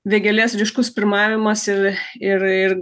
vėgėlės ryškus pirmavimas ir ir ir